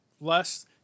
less